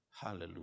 Hallelujah